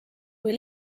kui